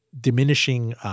diminishing –